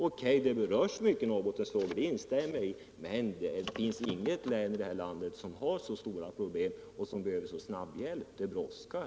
O.K., många Norrbottensfrågor tas upp — det instämmer vi i — men det finns inget län i detta land som har så stora problem och som behöver så snabb hjälp. Det brådskar!